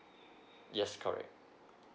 yes correct